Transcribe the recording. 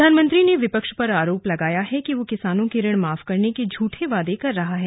प्रधानमंत्री ने विपक्ष पर आरोप लगाया कि वह किसानों के ऋण माफ करने के झूठे दावे कर रहा है